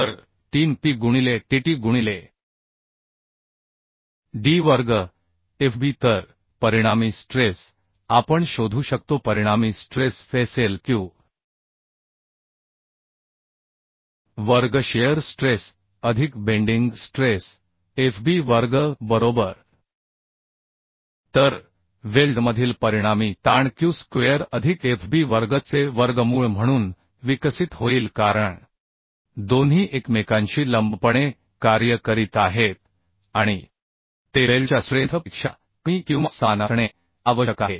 तर 3 पी गुणिले TT गुणिले D वर्ग FB तर परिणामी स्ट्रेस आपण शोधू शकतो परिणामी स्ट्रेस FEअसेल Q वर्ग शिअर स्ट्रेस अधिक बेंडिंग स्ट्रेस FB वर्ग बरोबर तर वेल्डमधील परिणामी ताण Q स्क्वेअर अधिक FB वर्ग चे वर्गमूळ म्हणून विकसित होईल कारण दोन्ही एकमेकांशी लंबपणे कार्य करीत आहेत आणि ते वेल्डच्या स्ट्रेंथ पेक्षा कमी किंवा समान असणे आवश्यक आहे